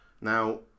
Now